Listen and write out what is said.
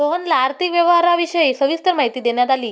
सोहनला आर्थिक व्यापाराविषयी सविस्तर माहिती देण्यात आली